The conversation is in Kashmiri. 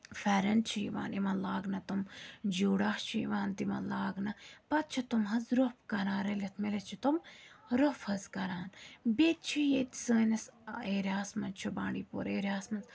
پھٮ۪رَن چھِ یِوان یِمَن لاگنہٕ تٕم جوٗڑا چھِ یِوان تِمَن لاگنہٕ پَتہٕ چھِ تِم حظ روٚپھ کَران رٔلِتھ ملِتھ چھِ تِم روٚپھ حظ کَران بیٚیہِ چھِ ییٚتہِ سٲنِس ایریاہَس منٛز چھِ بانٛڈی پوٗر ایریاہَس منٛز